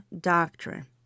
doctrine